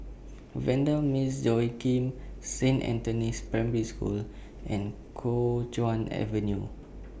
Vanda Miss Joaquim Saint Anthony's Primary School and Kuo Chuan Avenue